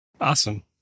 awesome